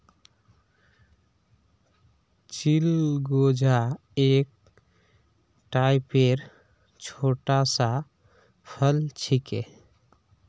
चिलगोजा एक टाइपेर छोटा सा फल छिके